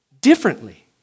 differently